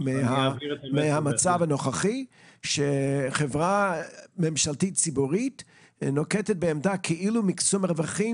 מהמצב הנוכחי בו חברה ממשלתית ציבורית נוקטת בעמדה של מקסום רווחים.